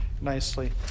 nicely